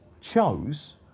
chose